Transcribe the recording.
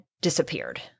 disappeared